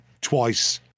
twice